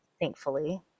thankfully